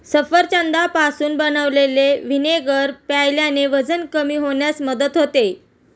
सफरचंदापासून बनवलेले व्हिनेगर प्यायल्याने वजन कमी होण्यास मदत होते